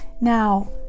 Now